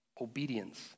Obedience